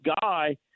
guy